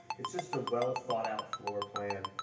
it's just a well-thought-out floor plan,